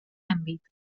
àmbit